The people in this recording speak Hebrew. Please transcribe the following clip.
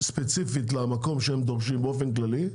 ספציפית למקום שהם דורשים, באופן כללי,